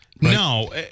No